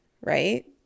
right